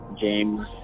James